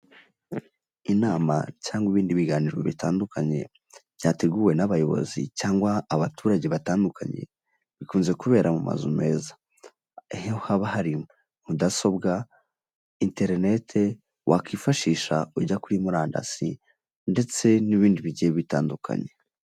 Inama cyangwa ibindi biganiro bitandukanye byateguwe n'abayobozi cyangwa abaturage batandukanye, bikunze kubera mu mazu meza aho haba hari mudasobwa, interinete wakwifashisha ujya kuri murandasi ndetse n'ibindi bigiye bitandukanye.